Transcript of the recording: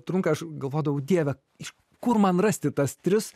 trunka aš galvodavau dieve iš kur man rasti tas tris